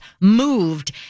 moved